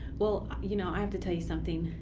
well, you know, i have to tell you something.